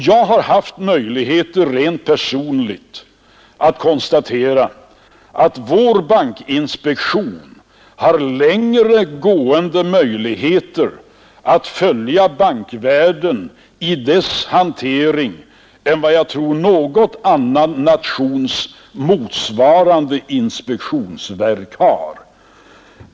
Jag har rent personligen haft tillfälle att konstatera att vår bankinspektion har längre gående möjligheter att följa bankvärlden i dess hantering än vad jag tror att någon annan nations motsvarande inspektionsverk har.